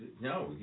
No